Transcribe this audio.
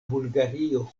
bulgario